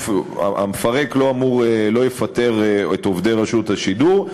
המפרק לא יפטר את עובדי רשות השידור,